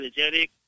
energetic